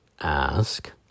ask